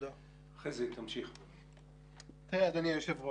אגב, חזי השמיט את זה ולא